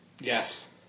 Yes